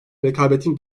rekabetin